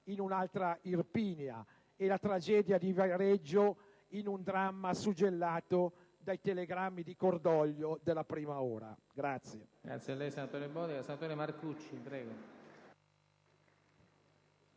in un'altra Irpinia e la tragedia di Viareggio in un dramma suggellato dai telegrammi di cordoglio della prima ora.